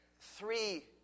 three